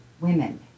women